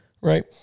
right